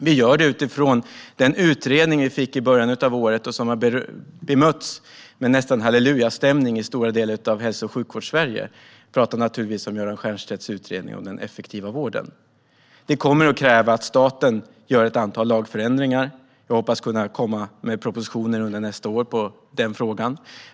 Vi gör det utifrån den utredning vi fick i början av året och som har bemötts med näst intill hallelujastämning i stora delar av hälso och sjukvården i Sverige. Jag talar naturligtvis om Göran Stiernstedts utredning om effektiv vård. Det kommer att kräva att staten gör ett antal lagändringar. Vi hoppas kunna komma med propositioner i den frågan under nästa år.